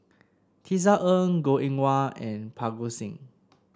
Tisa Ng Goh Eng Wah and Parga Singh